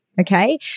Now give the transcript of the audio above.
okay